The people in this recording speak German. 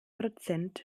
prozent